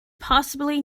possibly